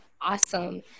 Awesome